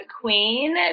Queen